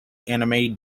anime